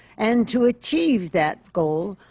and to achieve that goal,